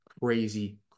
crazy